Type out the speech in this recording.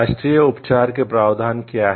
राष्ट्रीय उपचार के प्रावधान क्या हैं